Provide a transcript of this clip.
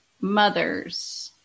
mothers